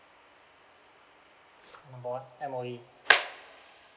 number one M_O_E